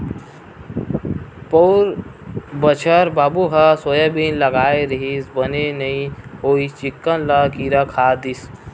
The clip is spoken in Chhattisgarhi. पउर बछर बाबू ह सोयाबीन लगाय रिहिस बने नइ होइस चिक्कन ल किरा खा दिस